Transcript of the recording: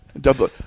Double